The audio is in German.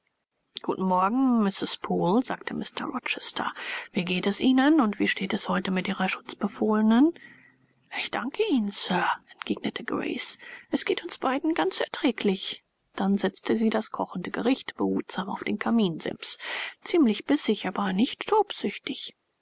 guten morgen mrs poole sagte mr rochester wie geht es ihnen und wie steht es heute mit ihrer schutzbefohlenen ich danke ihnen sir entgegnete grace es geht uns beiden ganz erträglich dann setzte sie das kochende gericht behutsam auf den kaminsims ziemlich bissig aber nicht tobsüchtig